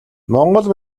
монгол